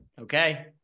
Okay